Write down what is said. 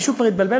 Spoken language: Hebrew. מישהו כבר התבלבל,